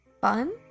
Fun